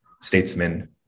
statesmen